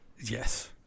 yes